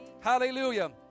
Hallelujah